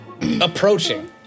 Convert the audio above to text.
approaching